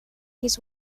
his